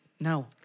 No